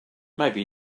maybe